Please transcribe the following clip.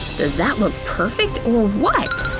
does that look perfect, or what?